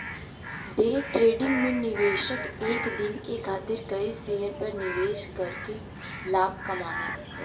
day trading में निवेशक एक दिन के खातिर कई शेयर पर निवेश करके लाभ कमाना हौ